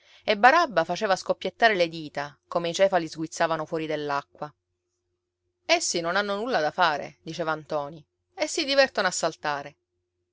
e barabba faceva scoppiettare le dita come i cefali sguizzavano fuori dell'acqua essi non hanno nulla da fare diceva ntoni e si divertono a saltare